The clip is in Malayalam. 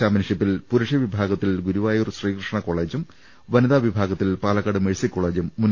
ചാമ്പ്യൻഷിപ്പിൽ പുരുഷ വിഭാഗത്തിൽ ഗുരുവായൂർ ശ്രീകൃഷ്ണ കോളേജും വനിതാവിഭാഗത്തിൽ പാലക്കാട് മെഴ്സി കോളേജും മുന്നേറ്റം തുടരുന്നു